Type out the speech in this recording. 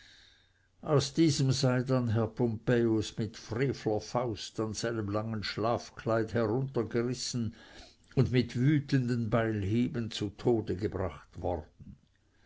aus diesem sei dann herr pompejus mit frevler faust an seinem langen schlafkleid heruntergerissen und mit wütenden beilhieben zu tode gebracht worden